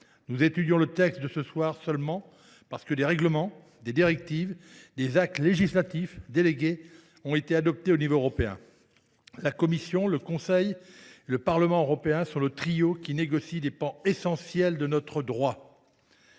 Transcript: pouvons étudier ce texte ce soir, c’est seulement parce que des règlements, des directives et des actes législatifs délégués ont été adoptés à l’échelon européen. La Commission européenne, le Conseil et le Parlement européen sont le trio qui négocie des pans essentiels de notre droit.